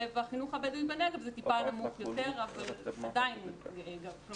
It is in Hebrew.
ובחינוך הבדואי בנגב זה טיפה נמוך יותר אבל עדיין הוא 95%,